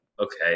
okay